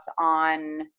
on